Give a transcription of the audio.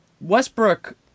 Westbrook